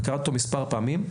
וקראתי אותו מספר פעמים,